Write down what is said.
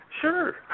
Sure